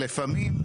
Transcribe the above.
לפעמים,